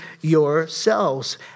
yourselves